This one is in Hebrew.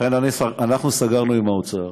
לכן סגרנו עם האוצר